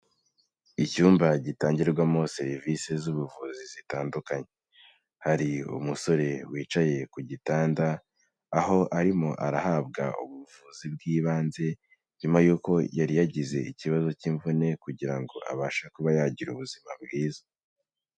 Icyumba gitangirwamo serivise z'ubuvuzi zitandukanye, hari umusore wicaye ku gitanda. Aho arimo arahabwa ubuvuzi bw'ibanze nyuma y'uko yari yagize ikibazo k'imvune kugira ngo abashe kuba yagira ubuzima bwiza.